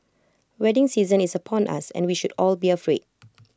wedding season is upon us and we should all be afraid